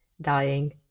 dying